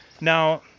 Now